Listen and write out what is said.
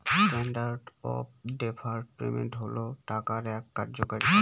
standard of deferred payment হল টাকার এক কার্যকারিতা